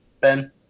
Ben